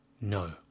No